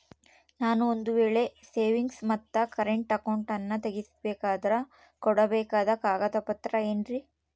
ನಾನು ಒಂದು ವೇಳೆ ಸೇವಿಂಗ್ಸ್ ಮತ್ತ ಕರೆಂಟ್ ಅಕೌಂಟನ್ನ ತೆಗಿಸಬೇಕಂದರ ಕೊಡಬೇಕಾದ ಕಾಗದ ಪತ್ರ ಏನ್ರಿ?